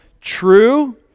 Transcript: true